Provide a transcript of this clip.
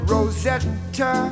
Rosetta